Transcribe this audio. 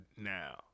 now